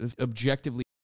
objectively